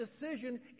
decision